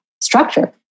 structure